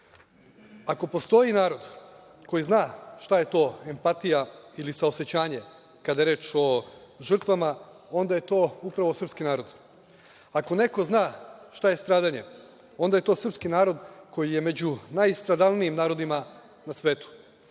Ako postoji narod koji zna šta je to empatija ili saosećanje kada je reč o žrtvama, onda je to upravo srpski narod. Ako neko zna šta je stradanje, onda je to srpski narod koji je među najstradalnijim narodima na svetu. Ne